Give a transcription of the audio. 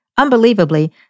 Unbelievably